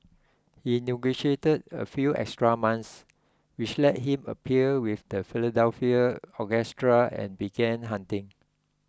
he negotiated a few extra months which let him appear with the Philadelphia Orchestra and began hunting